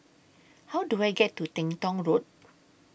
How Do I get to Teng Tong Road